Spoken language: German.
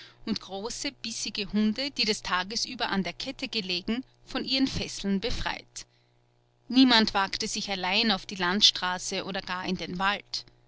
und große bissige hunde die des tages über an der kette gelegen von ihren fesseln befreit niemand wagte sich allein auf die landstraße oder gar in den wald